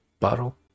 bottle